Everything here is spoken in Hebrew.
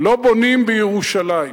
לא בונים בירושלים.